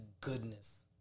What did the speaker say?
goodness